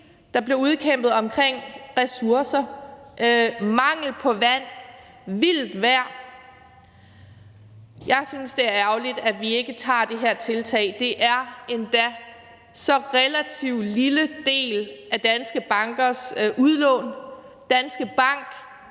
der bliver udkæmpet om ressourcer, mangel på vand, vildt vejr. Jeg synes, det er ærgerligt, at vi ikke tager det her tiltag, og det er endda en så relativt lille del af danske bankers udlån. Danske Bank